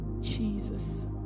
Jesus